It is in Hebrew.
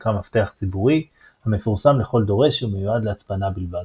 נקרא מפתח ציבורי המפורסם לכל דורש ומיועד להצפנה בלבד.